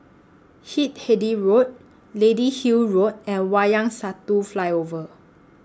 Hindhede Road Lady Hill Road and Wayang Satu Flyover